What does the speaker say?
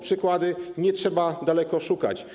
Przykładów nie trzeba daleko szukać.